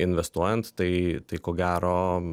investuojant tai tai ko gero